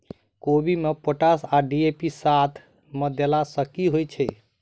कोबी मे पोटाश आ डी.ए.पी साथ मे देला सऽ की होइ छै?